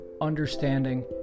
understanding